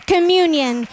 Communion